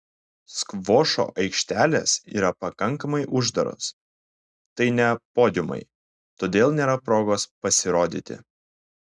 skvošo aikštelės yra pakankamai uždaros tai ne podiumai todėl nėra progos pasirodyti